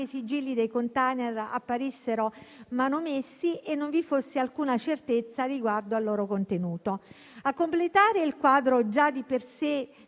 sigilli dei *container* apparissero manomessi e non vi fosse alcuna certezza riguardo al loro contenuto. A completare il quadro già di per sé